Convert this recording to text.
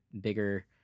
bigger